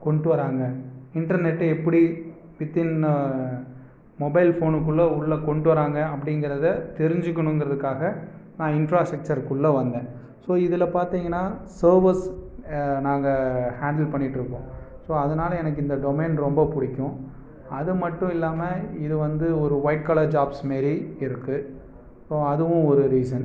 கொண்டு வராங்க இண்டர்நெட்டு எப்படி வித்தின் மொபைல் ஃபோனுக்குள்ளே உள்ளே கொண்டு வராங்க அப்படிங்கிறத தெரிஞ்சுக்கணுங்கறதுக்காக நான் இன்ஃப்ராஸ்ட்ரக்ச்சருக்குள்ளே வந்தேன் ஸோ இதில் பார்த்திங்கன்னா சர்வர்ஸ் நாங்கள் ஹாண்டில் பண்ணிகிட்ருக்கோம் ஸோ அதனால எனக்கு இந்த டொமைன் ரொம்ப பிடிக்கும் அது மட்டும் இல்லாமல் இது வந்து ஒரு ஒயிட் கலர் ஜாப்ஸ் மாரி இருக்குது ஸோ அதுவும் ஒரு ரீசன்